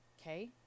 Okay